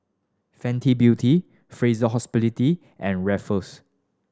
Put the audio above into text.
Fenty Beauty Fraser Hospitality and Ruffles